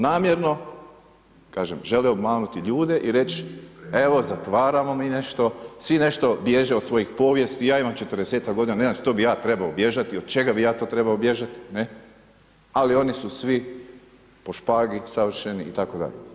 Namjerno, kažem, žele obmanuti ljude i žele reći „evo zatvaramo mi nešto“, svi nešto bježe od svojih povijesti, ja imamo četrdesetak godina, ne znam što bi ja trebao bježati, od čega bi ja to trebao bježati, ali oni su svi po špagi savršeni itd.